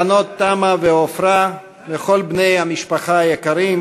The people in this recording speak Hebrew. הבנות תמה ועפרה וכל בני המשפחה היקרים,